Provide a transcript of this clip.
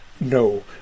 no